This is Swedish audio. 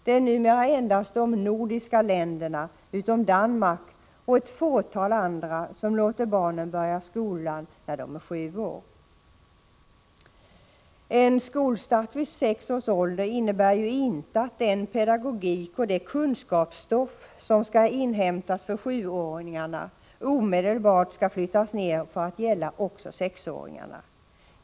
Det är numera endast de nordiska länderna, utom Danmark, och ett fåtal andra länder som låter barnen börja skolan när de är sju år. Skolstart vid sex års ålder innebär inte att pedagogiken och det kunskapsstoff som skall inhämtas av sjuåringarna omedelbart skall överföras till att gälla också för sexåringarna.